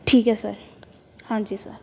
ਠੀਕ ਹੈ ਸਰ ਹਾਂਜੀ ਸਰ